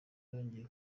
yongeye